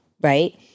right